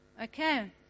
Okay